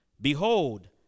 Behold